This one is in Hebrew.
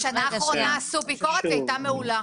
בשנה האחרונה עשו ביקורת, והיא הייתה מעולה.